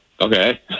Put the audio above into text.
Okay